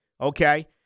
Okay